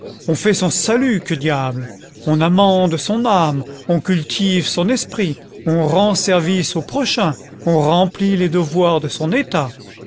on fait son salut que diable on amende son âme on cultive son esprit on rend service au prochain on remplit les devoirs de son état